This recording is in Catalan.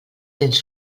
dents